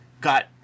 got